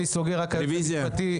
רביזיה.